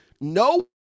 no